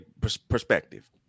perspective